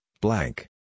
blank